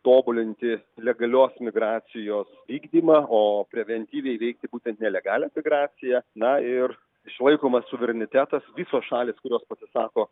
tobulinti legalios migracijos vykdymą o preventyviai veikti būtent nelegalią migraciją na ir išlaikomas suverenitetas visos šalys kurios pasisako